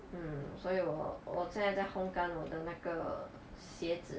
mm 所以我我在在烘干我的那个鞋子